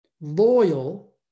loyal